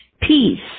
peace